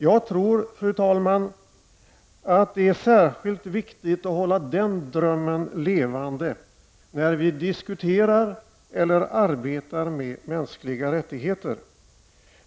Jag tror, fru talman, att det är särskilt viktigt att hålla den drömmen levande när vi diskuterar eller arbetar med mänskliga rättigheter.